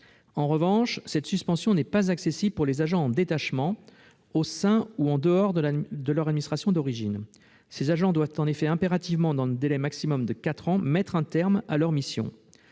En revanche, cette suspension n'est pas accessible aux agents en détachement, au sein ou en dehors de leur administration d'origine. Ceux-ci doivent impérativement, dans le délai maximal de quatre ans, mettre un terme à leurs missions.